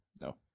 No